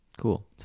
Cool